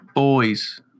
Boys